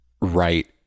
right